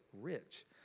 rich